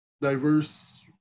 diverse